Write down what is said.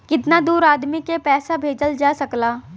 कितना दूर आदमी के पैसा भेजल जा सकला?